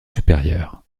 supérieur